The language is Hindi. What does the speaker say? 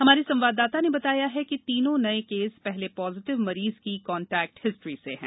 हमारे संवाददाता ने बताया है कि तीनों नए केस पहले पॉजिटिव मरीज की कांटेक्ट हिस्ट्री से हैं